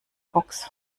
box